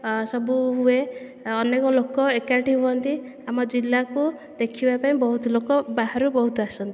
ସବୁ ହୁଏ ଅନେକ ଲୋକ ଏକାଠି ହୁଅନ୍ତି ଆମ ଜିଲ୍ଲାକୁ ଦେଖିବା ପାଇଁ ବହୁତ ଲୋକ ବାହାରୁ ବହୁତ ଆସନ୍ତି